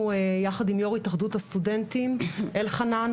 יחד עם יו"ר התאחדות הסטודנטים אלחנן,